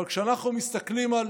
אבל כשאנחנו מסתכלים על